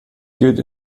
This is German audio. gilt